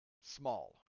small